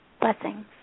Blessings